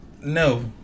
No